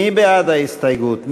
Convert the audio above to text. מי בעד ההסתייגות?